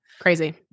crazy